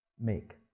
make